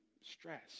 stress